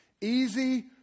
easy